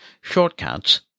shortcuts